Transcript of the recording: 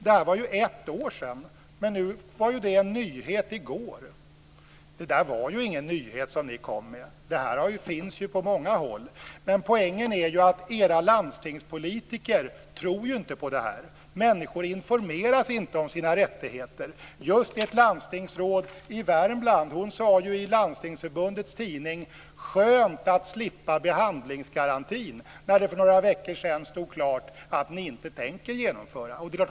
Detta var för ett år sedan, men nu var det en nyhet i går. Det var ingen nyhet som ni kom med. Detta finns på många håll. Men poängen är att era landstingspolitiker inte tror på det här. Människor informeras inte om sina rättigheter. Just ett landstingsråd i Värmland sade i Landstingsförbundets tidning: Skönt att slippa behandlingsgarantin! - när det för några veckor sedan stod klart att ni inte tänker genomföra den.